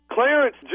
Clarence